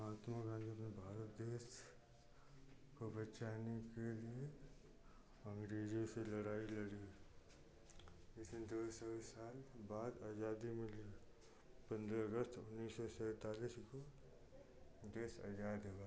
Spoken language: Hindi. महात्मा गांधी ने भारत देश को बचाने के लिए अंग्रेजों से लड़ाई लड़ी वैसन दो सौ साल बाद आज़ादी मिली पंद्रह अगस्त उन्नीस सौ सैतालीस को देश आज़ाद हुआ